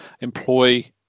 employ